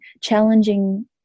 challenging